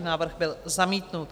Návrh byl zamítnut.